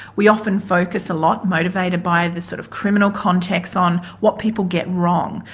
we often focus a lot motivated by the sort of criminal context on what people get wrong,